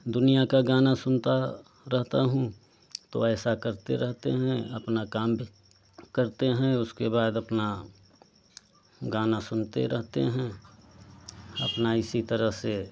दुनिया का गाना सुनता रहता हूँ तो ऐसा करते रहते हैं अपना काम करते हैं उसके बाद अपना गाना सुनते रहते हैं अपना इसी तरह से